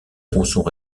tronçons